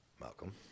Malcolm